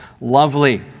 lovely